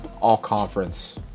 all-conference